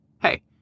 hey